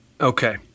Okay